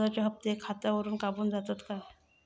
कर्जाचे हप्ते खातावरून कापून जातत काय?